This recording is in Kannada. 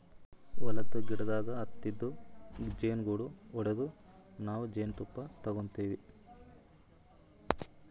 ಹೊಲದ್ದ್ ಗಿಡದಾಗ್ ಹತ್ತಿದ್ ಜೇನುಗೂಡು ಹೊಡದು ನಾವ್ ಜೇನ್ತುಪ್ಪ ತಗೋತಿವ್